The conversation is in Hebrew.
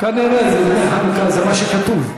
כנראה זה דמי חנוכה, זה מה שכתוב.